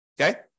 Okay